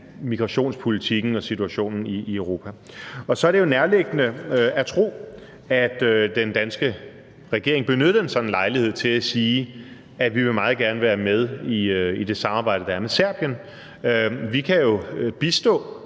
migrationspolitikken og situationen i Europa. Så er det jo nærliggende at tro, at den danske regering benyttede en sådan lejlighed til at sige, at vi meget gerne vil være med i det samarbejde, der er med Serbien. Vi kan jo bistå